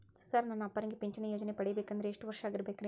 Sir ನನ್ನ ಅಪ್ಪನಿಗೆ ಪಿಂಚಿಣಿ ಯೋಜನೆ ಪಡೆಯಬೇಕಂದ್ರೆ ಎಷ್ಟು ವರ್ಷಾಗಿರಬೇಕ್ರಿ?